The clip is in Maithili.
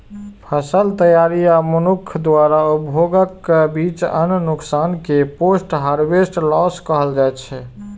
फसल तैयारी आ मनुक्ख द्वारा उपभोगक बीच अन्न नुकसान कें पोस्ट हार्वेस्ट लॉस कहल जाइ छै